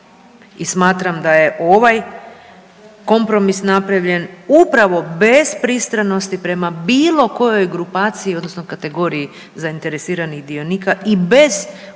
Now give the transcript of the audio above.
smatram da je ovaj kompromis napravljen upravo bez pristranosti prema bilo kojoj grupaciji odnosno kategoriji zainteresiranih dionika i bez ulaženja